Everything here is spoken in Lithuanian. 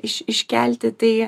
iš iškelti tai